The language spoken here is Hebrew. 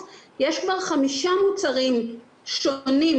מכולות, סופרמרקטים.